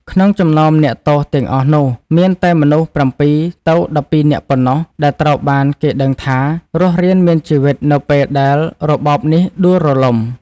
ក្នុងចំណោមអ្នកទោសទាំងអស់នោះ មានតែមនុស្ស ៧ទៅ១២ នាក់ប៉ុណ្ណោះដែលត្រូវបានគេដឹងថារស់រានមានជីវិតនៅពេលដែលរបបនេះដួលរលំ។